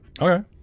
Okay